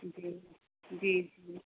जी जी जी